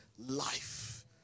Life